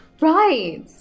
Right